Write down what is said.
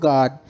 God